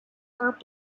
are